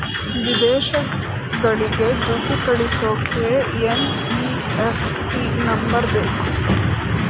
ವಿದೇಶಗಳಿಗೆ ದುಡ್ಡು ಕಳಿಸೋಕೆ ಎನ್.ಇ.ಎಫ್.ಟಿ ನಂಬರ್ ಬೇಕು